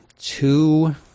two